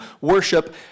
worship